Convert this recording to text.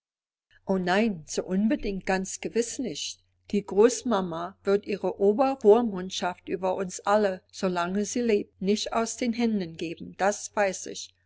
o nein so unbedingt ganz gewiß nicht die großmama wird ihre obervormundschaft über uns alle solange sie lebt nicht aus den händen geben das weiß ich